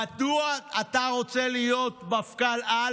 מדוע אתה רוצה להיות מפכ"ל-על.